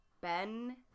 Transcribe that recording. Ben